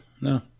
no